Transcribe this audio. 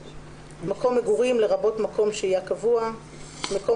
"מקום מגורים" לרבות מקום שהייה קבוע; "מקום